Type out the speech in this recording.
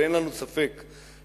ואין לנו ספק שאתם,